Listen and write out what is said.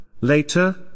Later